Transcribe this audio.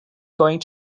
going